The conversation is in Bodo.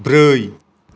ब्रै